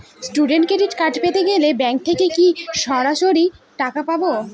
Student credit card পেতে গেলে bank থেকে কি সরাসরি টাকা পাবো?